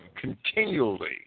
continually